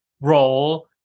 role